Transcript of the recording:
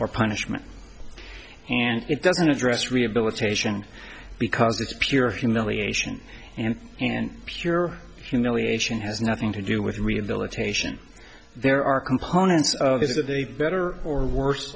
or punishment and it doesn't address rehabilitation because it's pure humiliation and and pure humiliation has nothing to do with rehabilitation there are components of this is that they better or worse